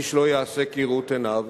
איש לא יעשה כראות עיניו,